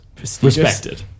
respected